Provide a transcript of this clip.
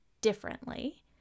differently